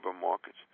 markets